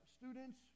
students